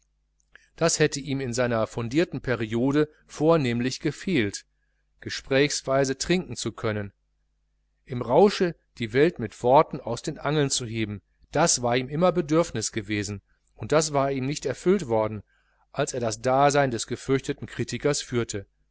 das hatte ihm in seiner fundierten periode vornehmlich gefehlt gesprächweise trinken zu können im rausche die welt mit worten aus den angeln zu heben das war ihm immer bedürfnis gewesen und das war ihm nicht erfüllt worden als er das dasein des gefürchteten kritikers führte